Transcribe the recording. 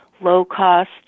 low-cost